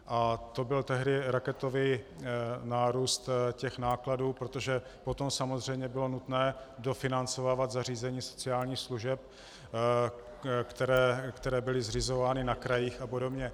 A to byl tehdy raketový nárůst nákladů, protože potom samozřejmě bylo nutné dofinancovávat zařízení sociálních služeb, které byly zřizovány na krajích a podobně.